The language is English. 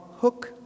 hook